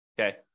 Okay